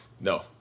No